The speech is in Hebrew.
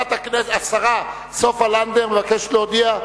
השרה סופה לנדבר מבקשת להודיע,